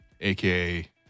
aka